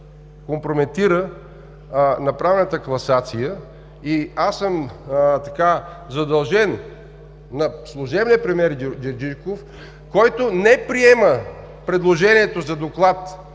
компрометира направената класация. Аз съм задължен на служебния премиер Герджиков, който не прие предложението за Доклад